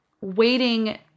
waiting